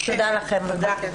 תודה לכן.